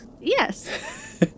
Yes